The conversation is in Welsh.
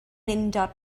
undod